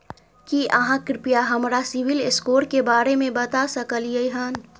की आहाँ कृपया हमरा सिबिल स्कोर के बारे में बता सकलियै हन?